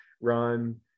run